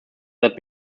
that